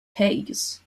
hayes